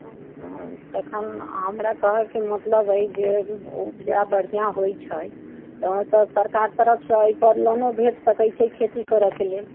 तखन हमरा कहऽके मतलब अछि जे उपजा बढ़िआँ होइत छै तऽ तऽ सरकार तरफसँ एहि पर लोनो भेट सकैत छै खेती करऽके लेल